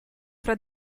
fra